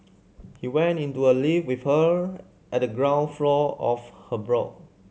he went into a lift with her at the ground floor of her block